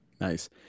Nice